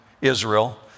Israel